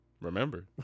remember